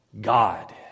God